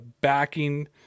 backing